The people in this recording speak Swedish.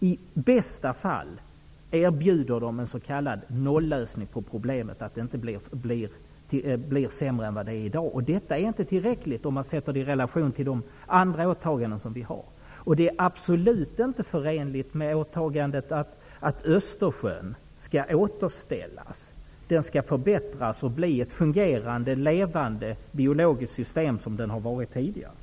I bästa fall erbjuder de en s.k. nollösning på problemet, dvs. att det inte blir sämre än vad det är i dag. Detta är inte tillräckligt om man ser det i relation till de andra åtaganden som vi har. Det är definitivt inte förenligt med åtagandet att Östersjön skall återställas, förbättras och åter bli ett fungerande, levande biologiskt system.